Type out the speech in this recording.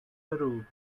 peru